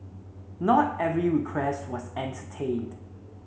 not every request was entertained